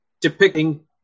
depicting